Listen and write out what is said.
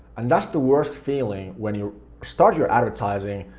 and that's the worst feeling, when you start your advertising,